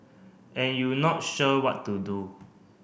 and you not sure what to do